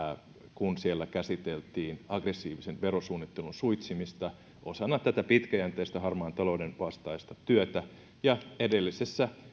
kun siellä käsiteltiin aggressiivisen verosuunnittelun suitsimista osana tätä pitkäjänteistä harmaan talouden vastaista työtä edellisessä